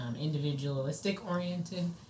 individualistic-oriented